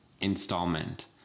installment